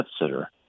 sitter